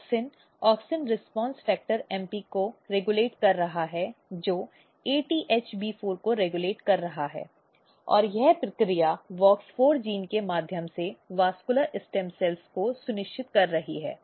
auxin ऑक्सिन प्रतिक्रिया कारक एमपी को रेगुलेट कर रहा है जो ATHB4 को रेगुलेट कर रहा है और यह प्रक्रिया WOX4 जीन के माध्यम से संवहनी स्टेम कोशिकाओं को सुनिश्चित कर रही है